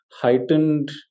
heightened